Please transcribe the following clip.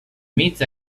mig